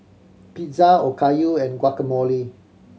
Pizza Okayu and Guacamole